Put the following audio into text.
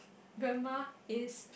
grandma is